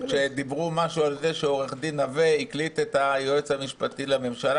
כשדיברו משהו על זה שעורך הדין נווה הקליט את היועץ המשפטי לממשלה.